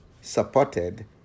supported